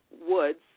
woods